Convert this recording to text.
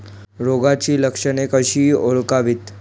रोगाची लक्षणे कशी ओळखावीत?